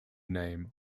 name